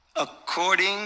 According